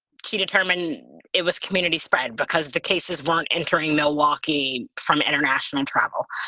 key determine it was community spread because the cases weren't entering milwaukee from international travel.